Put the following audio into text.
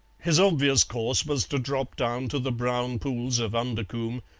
his obvious course was to drop down to the brown pools of undercombe,